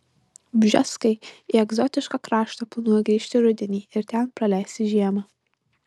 bžeskai į egzotišką kraštą planuoja grįžti rudenį ir ten praleisti žiemą